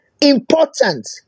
important